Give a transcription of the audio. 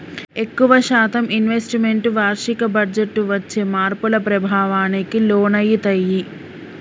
ఎక్కువ శాతం investments వార్షిక బడ్జెట్టు వచ్చే మార్పుల ప్రభావానికి లోనయితయ్యి